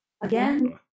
Again